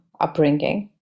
upbringing